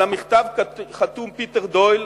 על המכתב חתום פיטר דויל,